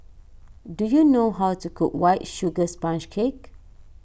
do you know how to cook White Sugar Sponge Cake